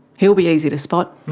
he will be easy to spot.